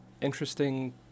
interesting